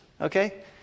okay